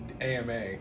AMA